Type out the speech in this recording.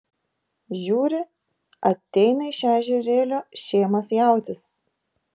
žiūri ateina iš ežerėlio šėmas jautis